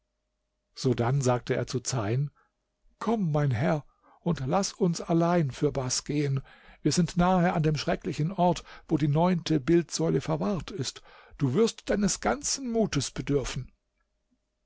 sodann sagte er zu zeyn komm mein herr und laß uns allein fürbaß gehen wir sind nahe an den schrecklichen ort wo die neunte bildsäule verwahrt ist du wirst deines ganzes mutes bedürfen